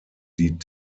die